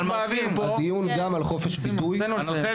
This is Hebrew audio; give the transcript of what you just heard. בסופו